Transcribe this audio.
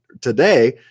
today